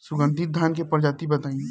सुगन्धित धान क प्रजाति बताई?